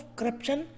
Corruption